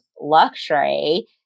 luxury